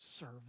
serve